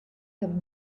comme